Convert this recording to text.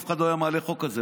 אף אחד לא היה מעלה חוק כזה.